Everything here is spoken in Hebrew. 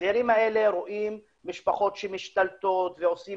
הצעירים האלה רואים משפחות שמשתלטות ועושים